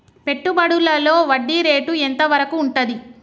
పెట్టుబడులలో వడ్డీ రేటు ఎంత వరకు ఉంటది?